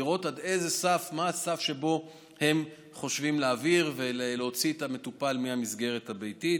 לראות מה הסף שבו הם חושבים להעביר ולהוציא את המטופל מהמסגרת הביתית.